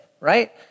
right